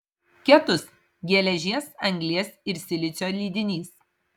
ketus geležies anglies ir silicio lydinys